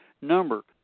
number